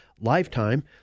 lifetime